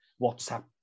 WhatsApp